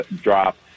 drop